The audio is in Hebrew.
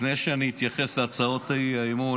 לפני שאני אתייחס להצעת האי-אמון,